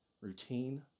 routine